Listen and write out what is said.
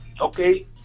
Okay